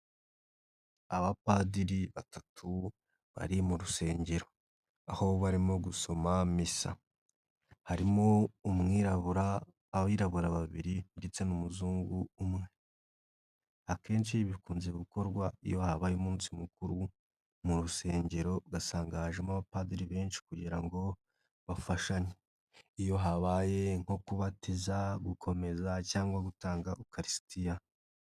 Abapadiri batatu bari mu rusengero aho barimo gusoma misa, harimo umwirabura, abirabura babiri ndetse n'umuzungu. Akenshi bikunze gukorwa iyo habaye umunsi mukuru murusengero ugasanga hajemo abapadiri benshi kugira ngo bafashanye. Iyo habaye nko kubatiza, gukomeza cyangwa gutanga ukariristiya.